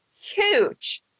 huge